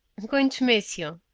i'm going to miss you.